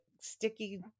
sticky